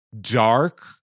dark